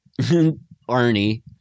Arnie